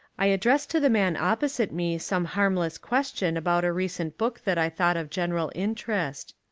i addressed to the man opposite me some harmless question about a recent book that i thought of general interest.